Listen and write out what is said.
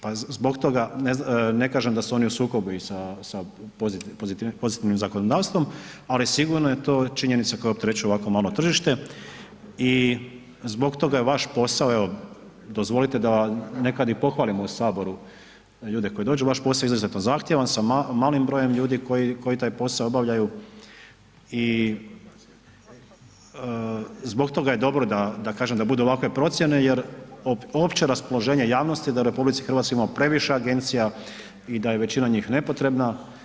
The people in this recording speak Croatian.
Pa zbog toga ne kažem da su oni u sukobu i sa pozitivnim zakonodavstvom ali sigurno je to činjenica koja opterećuje ovako malo tržište i zbog toga je vaš posao, evo dozvolite da nekad i pohvalimo u Saboru ljude koji dođu, vaš posao je izuzetno zahtjevan, sa malim brojem ljudi koji taj posao obavljaju i zbog toga je dobro da kažem da budu ovakve procjene jer opće raspoloženje javnosti je da u RH imamo previše agencija i da je većina njih nepotrebna.